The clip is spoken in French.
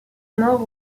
mort